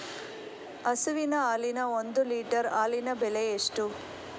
ಹಸುವಿನ ಹಾಲಿನ ಒಂದು ಲೀಟರ್ ಹಾಲಿನ ಬೆಲೆ ಎಷ್ಟು?